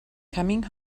coming